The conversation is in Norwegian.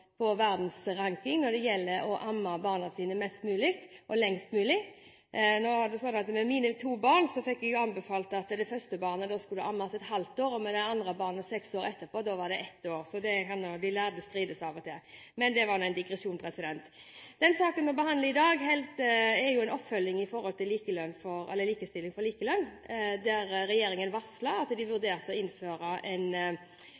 på verdensranking når det gjelder å amme barna sine mest mulig og lengst mulig. Nå er det sånn at med mine to barn fikk jeg anbefalt at det første barnet skulle ammes et halvt år, og med det andre barnet – seks år etterpå – var anbefalingen ett år. Så det hender at de lærde av og til strides. Men det var nå en digresjon. Den saken vi behandler i dag, er jo en oppfølging med hensyn til likestilling for likelønn, der regjeringen varslet at de vurderte å innføre en plikt for arbeidsgiver til å dekke lønn under ammefri en